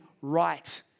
right